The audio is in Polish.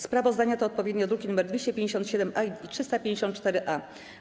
Sprawozdania to odpowiednio druki nr 257-A i 354-A.